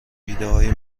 ایدههای